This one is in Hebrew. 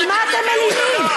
על מה אתם מלינים?